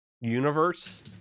universe